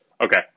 Okay